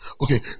Okay